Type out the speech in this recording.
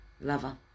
lover